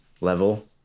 level